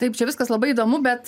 taip čia viskas labai įdomu bet